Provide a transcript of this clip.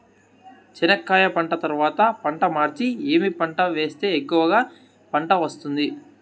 చెనక్కాయ పంట తర్వాత పంట మార్చి ఏమి పంట వేస్తే ఎక్కువగా పంట వస్తుంది?